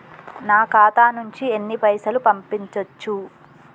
నా ఖాతా నుంచి ఎన్ని పైసలు పంపించచ్చు?